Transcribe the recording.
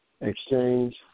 Exchange